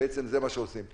בעצם זה מה שעושים פה,